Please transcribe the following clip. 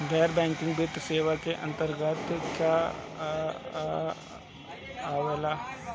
गैर बैंकिंग वित्तीय सेवाए के अन्तरगत का का आवेला?